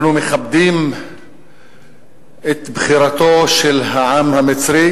אנחנו מכבדים את בחירתו של העם המצרי,